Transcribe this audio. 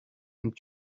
and